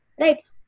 Right